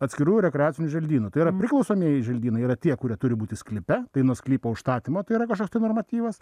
atskirųjų rekreacinių želdynų tai yra priklausomieji želdynai yra tie kurie turi būti sklype tai nuo sklypo užstatymo tai yra kažkoks tai normatyvas